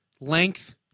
length